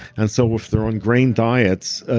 and so if they're on grain diets,